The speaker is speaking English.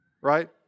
Right